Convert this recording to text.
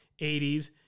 80s